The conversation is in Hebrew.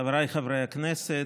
חבריי חברי הכנסת,